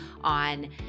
on